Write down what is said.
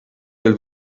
del